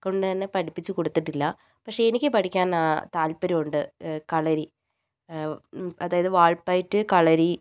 കൊണ്ട്തന്നെ പഠിപ്പിച്ചു കൊടുത്തിട്ടില്ല പക്ഷേ എനിക്ക് പഠിക്കാൻ താത്പര്യം ഉണ്ട് കളരി അതായത് വാൾപ്പയറ്റ് കളരി